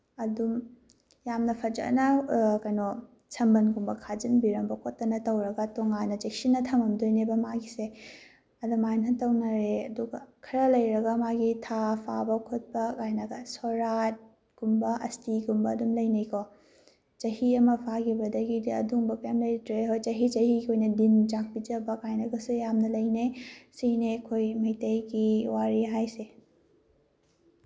ꯑꯗꯨꯝ ꯌꯥꯝꯅ ꯐꯖꯅ ꯀꯩꯅꯣ ꯁꯝꯕꯟꯒꯨꯝꯕ ꯈꯥꯖꯤꯟꯕꯤꯔꯝꯕ ꯈꯣꯠꯇꯅ ꯇꯧꯔꯒ ꯇꯣꯉꯥꯟꯅ ꯆꯦꯛꯁꯤꯟꯅ ꯊꯝꯃꯝꯗꯣꯏꯅꯦꯕ ꯃꯥꯒꯤꯁꯦ ꯑꯗꯨꯃꯥꯏꯅ ꯇꯧꯅꯔꯦ ꯑꯗꯨꯒ ꯈꯔ ꯂꯩꯔꯒ ꯃꯥꯒꯤ ꯊꯥ ꯐꯥꯕ ꯈꯣꯠꯄ ꯀꯥꯏꯅꯒ ꯁꯣꯔꯥꯠꯀꯨꯝꯕ ꯑꯁꯇꯤꯒꯨꯝꯕ ꯑꯗꯨꯝ ꯂꯩꯅꯩꯀꯣ ꯆꯍꯤ ꯑꯃ ꯐꯥꯈꯤꯕꯗꯒꯤꯗꯤ ꯑꯗꯨꯝꯕ ꯀꯩꯝ ꯂꯩꯇ꯭ꯔꯦ ꯆꯍꯤ ꯆꯍꯤꯒꯤ ꯑꯣꯏꯅ ꯗꯤꯟ ꯆꯥꯛ ꯄꯤꯖꯕ ꯀꯥꯏꯅꯒꯁꯨ ꯌꯥꯝꯅ ꯂꯩꯅꯩ ꯁꯤꯅꯤ ꯑꯩꯈꯣꯏ ꯃꯩꯇꯩꯒꯤ ꯋꯥꯔꯤ ꯍꯥꯏꯁꯦ